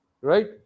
right